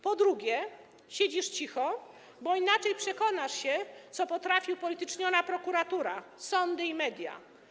Po drugie: siedzisz cicho - bo inaczej przekonasz się, co potrafi upolityczniona prokuratura, sądy i media.